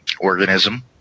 organism